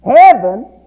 Heaven